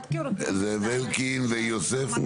זאב אלקין ויוסף.